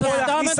אתה לא יודע.